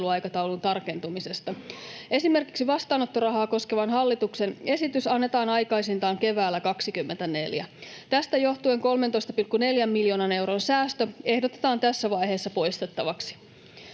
valmisteluaikataulun tarkentumisesta. Esimerkiksi vastaanottorahaa koskeva hallituksen esitys annetaan aikaisintaan keväällä 24. Tästä johtuen 13,4 miljoonan euron säästö ehdotetaan tässä vaiheessa poistettavaksi.